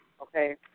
okay